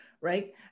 right